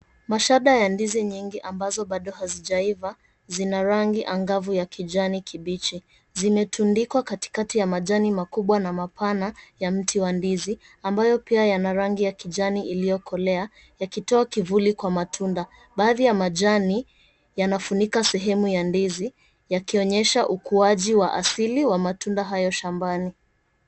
Mashada ya ndizi nyingi ambazo bado hazijaiva zina rangi angavu ya kijani kibichi. Zimetundikwa katikati ya majani makubwa na mapana ya mti wa ndizi, ambayo pia yana rangi ya kijani iliyokolea yakitoa kivuli kwa matunda. Baadhi ya majani yanafunika sehemu ya ndizi yakionyesha ukuaji wa asili wa matunda hayo shambani.